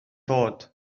bod